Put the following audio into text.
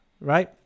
right